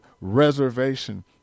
reservation